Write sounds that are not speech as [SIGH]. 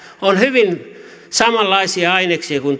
on hyvin samanlaisia aineksia kuin [UNINTELLIGIBLE]